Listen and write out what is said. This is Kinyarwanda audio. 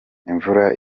imvura